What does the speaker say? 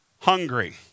hungry